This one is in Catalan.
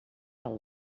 del